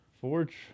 Forge